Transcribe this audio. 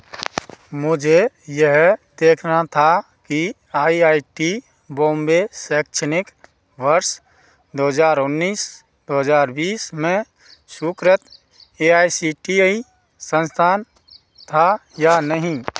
मुझे यह देखना था कि आई आई टी बॉम्बे शैक्षणिक वर्ष दो हज़ार उन्नीस दो हज़ार बीस में सुकृत A I C T E संस्थान था या नहीं